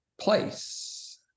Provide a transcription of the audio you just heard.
place